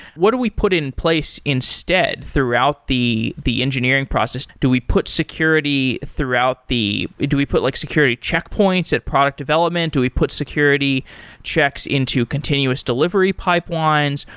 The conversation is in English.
what do we put in place instead throughout the the engineering process? do we put security throughout the do we put like security checkpoints at product development? do we put security checks into continuous delivery pipelines?